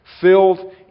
Filled